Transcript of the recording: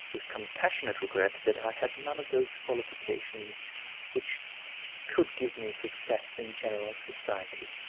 with compassionate regret, that i had none of those qualifications which could give me success in general society.